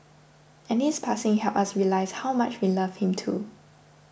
and his passing helped us realise how much we loved him too